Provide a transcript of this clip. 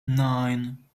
nine